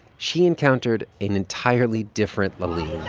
she encountered an entirely different laaleen